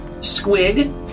Squid